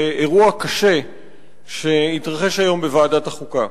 לאירוע קשה שהתרחש היום בוועדת החוקה.